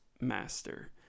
master